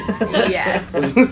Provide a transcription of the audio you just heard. Yes